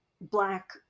black